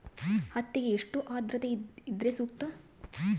ಹತ್ತಿಗೆ ಎಷ್ಟು ಆದ್ರತೆ ಇದ್ರೆ ಸೂಕ್ತ?